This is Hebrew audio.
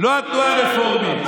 לא התנועה הרפורמית.